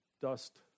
dust